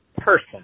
person